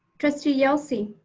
trustee yelsey.